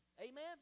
Amen